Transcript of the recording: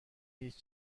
هیچ